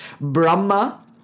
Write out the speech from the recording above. Brahma